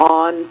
on